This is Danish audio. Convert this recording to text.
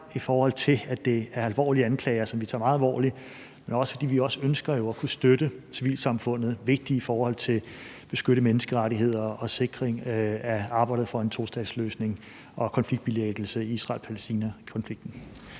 i forhold til at det er alvorlige anklager, som vi tager meget alvorligt, men også fordi vi jo ønsker at kunne støtte civilsamfundet. Det er vigtigt i forhold til at beskytte menneskerettigheder og sikring af arbejdet for en tostatsløsning og konfliktbilæggelse i Israel-Palæstina-konflikten.